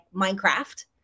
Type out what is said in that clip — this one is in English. Minecraft